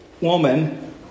woman